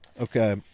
okay